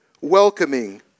welcoming